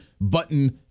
button